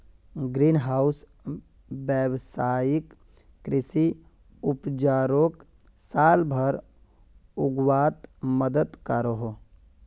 green house वैवसायिक कृषि उपजोक साल भर उग्वात मदद करोह